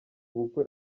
ubukwe